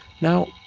now,